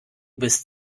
bist